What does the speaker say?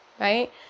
right